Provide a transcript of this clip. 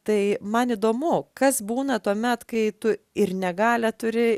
tai man įdomu kas būna tuomet kai tu ir negalią turi